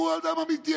הוא אדם אמיתי,